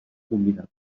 convidar